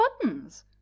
buttons